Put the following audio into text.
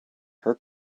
her